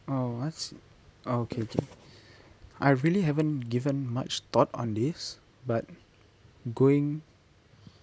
uh what's oh okay K I really haven't given much thought on this but going